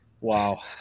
Wow